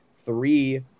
three